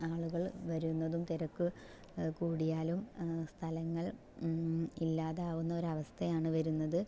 ആളുകൾ വരുന്നതും തിരക്ക് കൂടിയാലും സ്ഥലങ്ങൾ ഇല്ലാതാകുന്ന ഒരു അവസ്ഥയാണ് വരുന്നത്